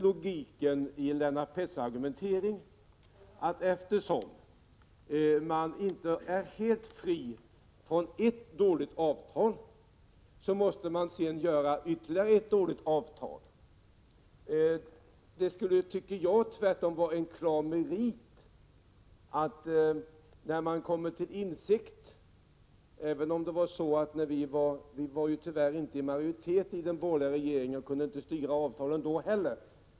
Logiken i Lennart Petterssons argumentering är då att eftersom centern inte är helt fri från ansvar för ett dåligt avtal, så måste centern sedan ställa sig bakom ytterligare ett dåligt avtal. Vi var ju tyvärr inte i majoritet i den borgerliga regeringen och kunde inte styra avtalet då heller.